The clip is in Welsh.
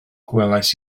gwelais